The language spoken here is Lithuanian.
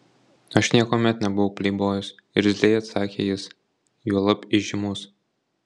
aš niekuomet nebuvau pleibojus irzliai atsakė jis juolab įžymus